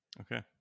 Okay